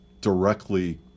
directly